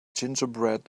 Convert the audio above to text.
gingerbread